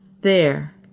There